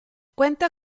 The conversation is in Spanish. cuenta